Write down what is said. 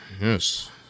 Yes